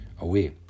away